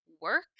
work